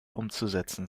umzusetzen